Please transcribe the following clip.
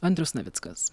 andrius navickas